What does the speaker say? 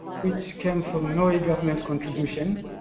which came from norway government contribution.